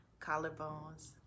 collarbones